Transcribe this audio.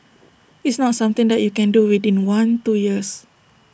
it's not something that you can do within one two years